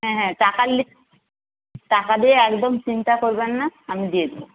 হ্যাঁ হ্যাঁ টাকার লি টাকা দিয়ে একদম চিন্তা করবেন না আমি দিয়ে দেব